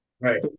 right